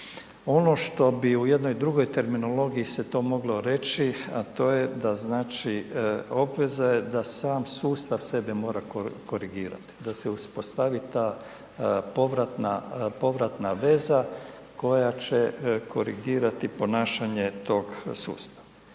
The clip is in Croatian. Ono što bi u jednoj drugoj terminologiji se to moglo reći, a to je da znači, obveza je da sam sustav sebe mora korigirati, da se uspostavi ta povratna veza koja će korigirati ponašanje tog sustava.